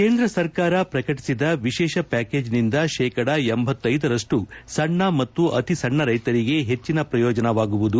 ಕೇಂದ್ರ ಸರ್ಕಾರ ಪ್ರಕಟಿಸಿದ ವಿಶೇಷ ಪ್ವಾಕೇಜ್ನಿಂದ ಶೇಕಡ ಖರಷ್ಟು ಸಣ್ಣ ಮತ್ತು ಅತಿ ಸಣ್ಣ ರೈತರಿಗೆ ಹೆಚ್ವಿನ ಪ್ರಯೋಜನವಾಗುವುದು